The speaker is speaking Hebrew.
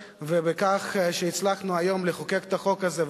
ובכך שהצלחנו היום לחוקק את החוק הזה,